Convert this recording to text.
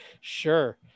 Sure